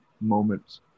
moments